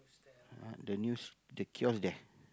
ah the news the kiosk there